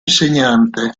insegnante